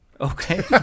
Okay